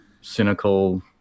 cynical